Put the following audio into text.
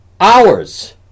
hours